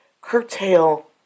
curtail